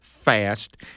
fast